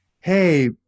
hey